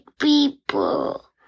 people